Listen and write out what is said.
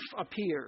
appears